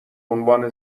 عنوان